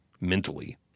mentally